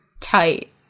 tight